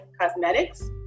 cosmetics